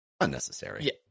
unnecessary